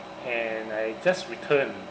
and I just returned